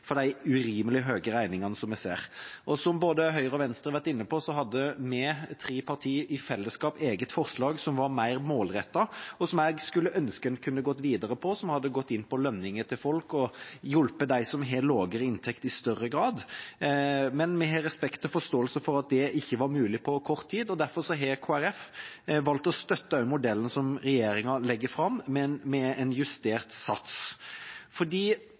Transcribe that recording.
for de urimelig høye regningene som vi ser. Som både Høyre og Venstre har vært inne på, hadde vi, de tre partiene, i fellesskap et eget forslag som var mer målrettet, og som jeg skulle ønske en kunne gått videre på, som hadde gått inn på lønninger til folk og i større grad hjulpet dem som har lavere inntekt. Men vi har respekt og forståelse for at det ikke var mulig på kort tid, og derfor har Kristelig Folkeparti også valgt å støtte modellen som regjeringa legger fram, men med en justert sats, fordi